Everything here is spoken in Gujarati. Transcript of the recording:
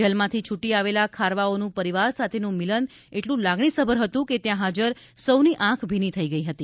જેલમાંથી છુટી આવેલા ખારવાઓનું પરિવાર સાથેનું મિલન એટલું લાગણીસભર હતું ત્યાં હાજર સોની આંખ ભીની થઇ ગઇ હતી